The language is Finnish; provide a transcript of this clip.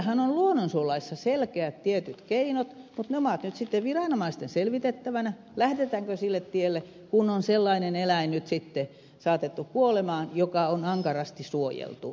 meillähän on luonnonsuojelulaissa selkeät tietyt keinot mutta ne ovat nyt sitten viranomaisten selvitettävänä lähdetäänkö sille tielle kun on sellainen eläin nyt sitten saatettu kuolemaan joka on ankarasti suojeltu